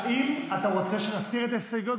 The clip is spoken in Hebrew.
האם אתה רוצה שנסיר את ההסתייגויות,